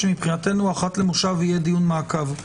שמבחינתנו אחת למושב יהיה דיון מעקב.